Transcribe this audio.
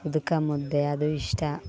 ಉದುಕ ಮುದ್ದೆ ಅದು ಇಷ್ಟ